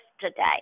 today